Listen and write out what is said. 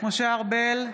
משה ארבל,